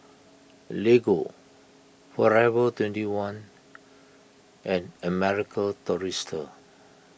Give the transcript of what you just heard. Lego forever twenty one and American Tourister